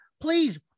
please